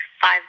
five